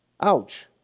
Ouch